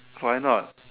why not